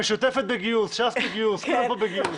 בגיוס, ש"ס בגיוס, כולם פה בגיוס.